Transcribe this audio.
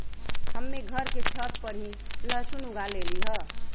हम्मे घर के छत पर ही लहसुन उगा लेली हैं